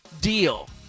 deal